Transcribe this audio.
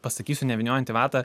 pasakysiu nevyniojant į vatą